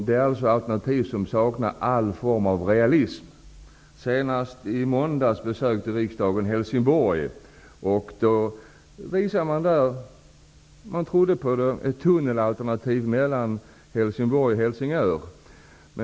Det är alternativ som saknar all form av realism. Senast när riksdagen i måndags besökte Helsingborg uppvisades ett förslag, som man där trodde på om en tunnel mellan Helsingborg och Helsingör.